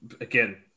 Again